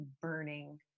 burning